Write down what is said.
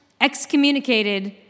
excommunicated